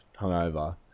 hungover